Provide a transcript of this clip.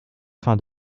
fin